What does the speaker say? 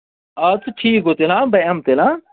آ تہٕ ٹھیٖک گوٚو تیٚلہِ ہہ بہٕ یِمہٕ تیٚلہِ ہہ